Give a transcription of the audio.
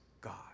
God